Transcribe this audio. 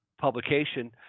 publication